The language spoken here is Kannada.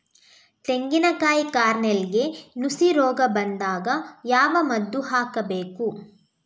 ತೆಂಗಿನ ಕಾಯಿ ಕಾರ್ನೆಲ್ಗೆ ನುಸಿ ರೋಗ ಬಂದಾಗ ಯಾವ ಮದ್ದು ಹಾಕಬೇಕು?